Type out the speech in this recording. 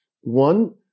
One